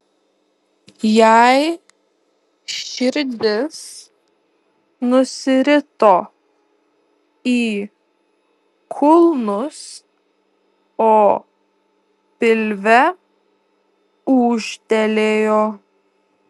jai širdis nusirito į kulnus o pilve ūžtelėjo